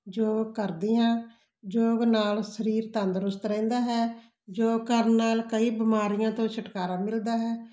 ਯੋਗ ਕਰਦੀ ਹਾਂ ਯੋਗ ਨਾਲ ਸਰੀਰ ਤੰਦਰੁਸਤ ਰਹਿੰਦਾ ਹੈ ਯੋਗ ਕਰਨ ਨਾਲ ਕਈ ਬਿਮਾਰੀਆਂ ਤੋਂ ਛੁਟਕਾਰਾ ਮਿਲਦਾ ਹੈ